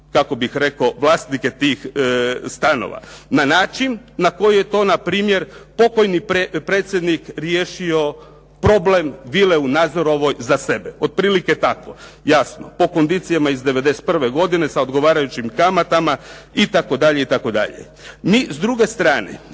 kako bih rekao u vlasnike tih stanova na način na koji je to na primjer pokojni predsjednik riješio problem vile u Nazorovoj za sebe. Otprilike tako. Jasno, po kondicijama iz 91. godine sa odgovarajućim kamatama itd.